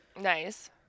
Nice